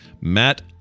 Matt